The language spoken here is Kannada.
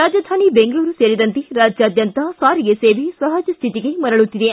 ರಾಜಧಾನಿ ಬೆಂಗಳೂರು ಸೇರಿದಂತೆ ರಾಜ್ಯಾದ್ಯಂತ ಸಾರಿಗೆ ಸೇವೆ ಸಹಜ ಸ್ಥಿತಿಗೆ ಮರಳುತ್ತಿದೆ